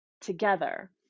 together